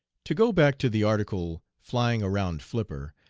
to go back to the article flying around flipper,